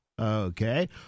Okay